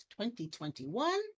2021